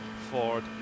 Ford